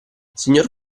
signor